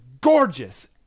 gorgeous